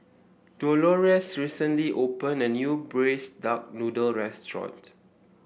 Dolores recently opened a new Braised Duck Noodle restaurant